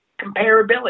comparability